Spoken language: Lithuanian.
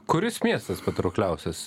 kuris miestas patraukliausias